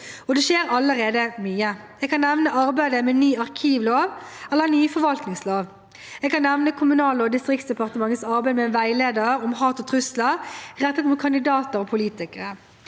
Og det skjer allerede mye! Jeg kan nevne arbeidet med ny arkivlov eller ny forvaltningslov. Jeg kan nevne Kommunal- og distriktsdepartementets arbeid med en veileder om hat og trusler rettet mot kandidater og politikere.